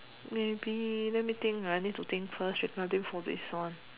maybe let me think ah I need to think first regarding for this one